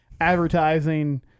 advertising